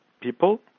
people